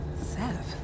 Sev